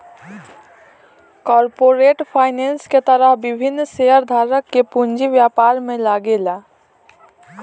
corporate finance के तहत विभिन्न शेयरधारक के पूंजी व्यापार में लागेला